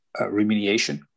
remediation